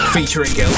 Featuring